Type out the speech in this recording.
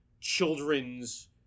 children's